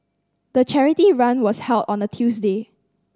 the charity run was held on a Tuesday